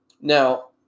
Now